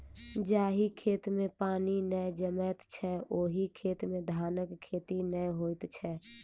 जाहि खेत मे पानि नै जमैत छै, ओहि खेत मे धानक खेती नै होइत छै